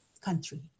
country